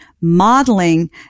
modeling